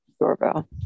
Doorbell